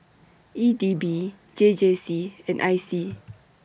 E D B J J C and I C